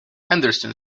henderson